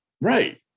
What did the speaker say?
Right